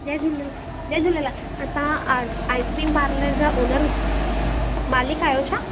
जय झूले जय झूलेल तव्हां आर आइसक्रीम पार्लर जा ओनर मालिक आहियो छा